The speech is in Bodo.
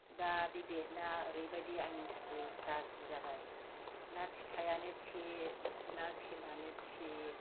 दा बे बेगना ओरैबायदि आंनि थाखाय गाज्रि जाबाय ना फिथायानो थिख ना सेनानो थिख